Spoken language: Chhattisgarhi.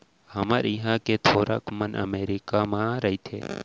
हमर इहॉं के थोरक मन अमरीका म रइथें